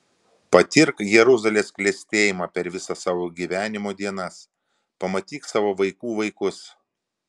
patirk jeruzalės klestėjimą per visas savo gyvenimo dienas pamatyk savo vaikų vaikus